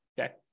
Okay